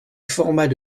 format